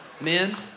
Men